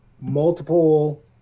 multiple